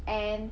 and